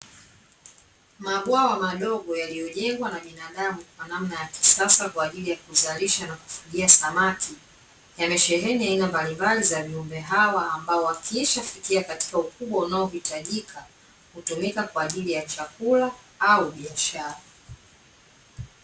Mabwawa madogo yaliyojengwa na binadamu kwa namna ya kisasa kwa ajili ya kuzalisha na kufugia samaki yamesheheni aina mbalimbali za viumbe hao wakishafikia katika ukubwa unaohitajika, hutumika kwa ajili ya chakula au biashara.